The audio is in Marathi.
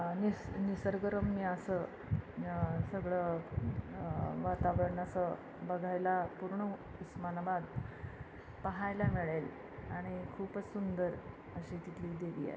निसर्ग निसर्गरम्य असं सगळं वातावरण असं बघायला पूर्ण उस्मानाबाद पाहायला मिळेल आणि खूपच सुंदर अशी तिथली देवी आहे